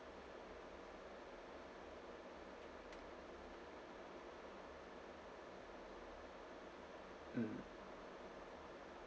mm